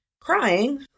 crying